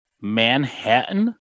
Manhattan